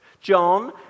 John